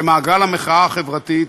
וזה מעגל המחאה החברתית,